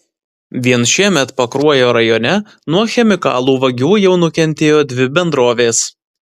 vien šiemet pakruojo rajone nuo chemikalų vagių jau nukentėjo dvi bendrovės